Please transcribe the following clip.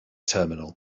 terminal